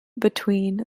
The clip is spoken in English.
between